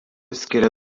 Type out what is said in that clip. skiria